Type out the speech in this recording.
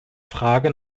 frage